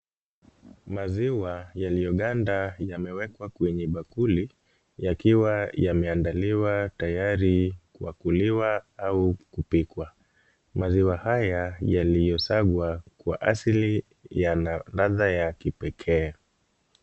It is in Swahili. Maziwa yaliyoganda yamewekwa kwenye bakuli, yakiwa yameandaliwa tayari kwa kuliwa au kupikwa. Maziwa haya yaliyosavwa kwa asili ya radha ya kipekee.